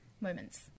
moments